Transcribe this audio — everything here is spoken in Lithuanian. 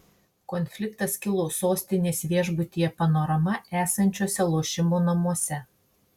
konfliktas kilo sostinės viešbutyje panorama esančiuose lošimo namuose